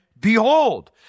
behold